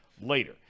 later